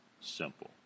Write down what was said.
simple